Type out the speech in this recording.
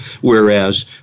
Whereas